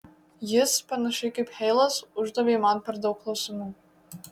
jis panašiai kaip heilas uždavė man per daug klausimų